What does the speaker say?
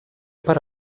per